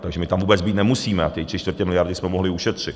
Takže my tam vůbec být nemusíme a tři čtvrtě miliardy jsme mohli ušetřit.